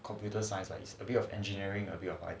computer science like it's a bit of engineering a bit of like